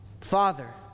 Father